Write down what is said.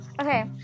okay